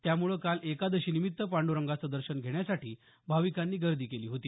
त्यामुळे काल एकादशीनिमित्त पांडरंगाचं दर्शन घेण्यासाठी भाविकांनी गर्दी केली होती